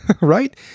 Right